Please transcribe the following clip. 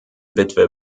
witwe